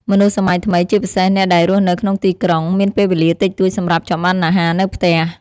មនុស្សសម័យថ្មី ជាពិសេសអ្នកដែលរស់នៅក្នុងទីក្រុង មានពេលវេលាតិចតួចសម្រាប់ចម្អិនអាហារនៅផ្ទះ។